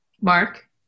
Mark